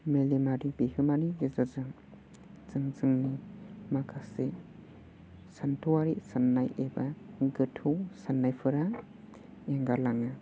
मेलेमारि बिहोमानि गेजेरजों जों जोंनि माखासे सान्थौयारि साननाय एबा गोथौ साननायफोरा एंगार लाङो